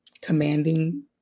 commanding